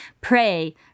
pray